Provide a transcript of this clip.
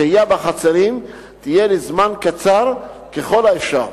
השהייה בחצרים תהיה לזמן קצר ככל האפשר.